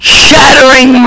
shattering